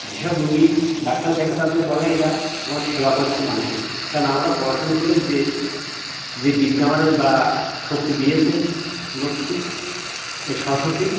যে সব রোগী ডাক্তার দেখে তাদের বলে এরা আমরা সেবা করছি মানুষের কারণ আমরা পড়াশুনো করে যে যে বিদ্যা আমাকে বা শক্তি দিয়েছে লক্ষ্মী এ সরস্বতী